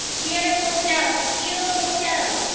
beautiful joe, beautiful joe.